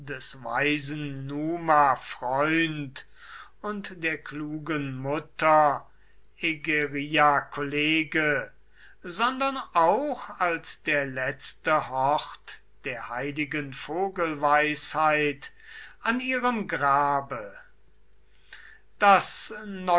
des weisen numa freund und der klugen mutter egeria kollege sondern auch als der letzte hort der heiligen vogelweisheit an ihrem grabe das